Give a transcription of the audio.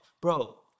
bro